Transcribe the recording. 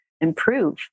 improve